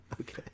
Okay